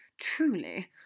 Truly